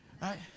right